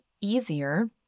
easier